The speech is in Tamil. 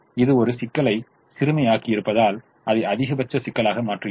இது ஒரு சிக்கலை சிறுமை ஆக்கி இருப்பதால் அதை அதிகபட்ச சிக்கலாக மாற்றுகிறோம்